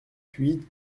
huit